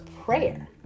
prayer